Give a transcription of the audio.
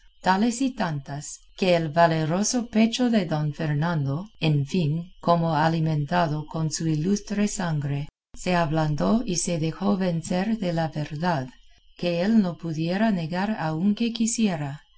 otras tales y tantas que el valeroso pecho de don fernando en fin como alimentado con ilustre sangre se ablandó y se dejó vencer de la verdad que él no pudiera negar aunque quisiera